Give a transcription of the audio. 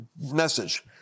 message